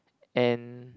an